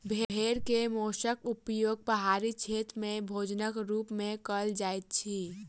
भेड़ के मौंसक उपयोग पहाड़ी क्षेत्र में भोजनक रूप में कयल जाइत अछि